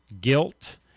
guilt